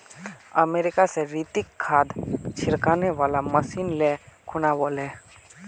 America स रितिक खाद छिड़कने वाला मशीन ले खूना व ले